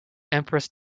empress